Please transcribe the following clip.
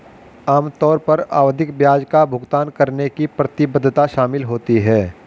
आम तौर पर आवधिक ब्याज का भुगतान करने की प्रतिबद्धता शामिल होती है